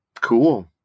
cool